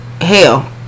hell